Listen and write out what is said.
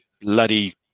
bloody